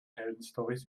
heldenstorys